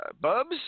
Bubs